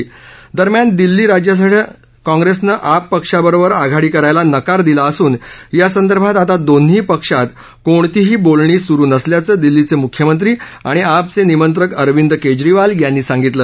या बैठकीत दरम्यान दिल्ली राज्यासाठी काँग्रेसने आप पक्षाबरोबर आघाडी करायला नकार दिला असून यासंदर्भात आता दोन्ही पक्षात कसलीही बोलणी सुरु नसल्याचं दिल्लीचे मुख्यमंत्री आणि आप चे निमंत्रक अरविंद केजरीवाल यांनी सांगितलं